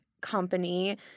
company